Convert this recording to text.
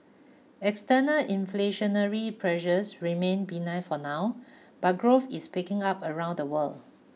external inflationary pressures remain benign for now but growth is picking up around the world